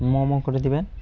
মোমো করে দিবেন